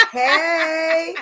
hey